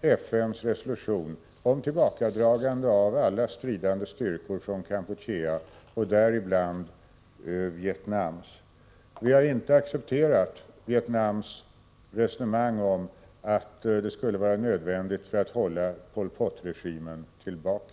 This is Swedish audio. FN:s resolution om tillbakadragan de av alla stridande styrkor från Kampuchea, däribland Vietnams. Vi har inte accepterat Vietnams resonemang om att styrkorna skulle vara nödvändiga för att hålla Pol Pot-regimen tillbaka.